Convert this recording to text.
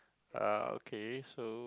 uh okay so